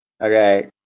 Okay